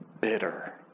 bitter